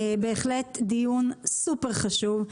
זה בהחלט דיון חשוב מאוד,